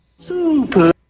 Super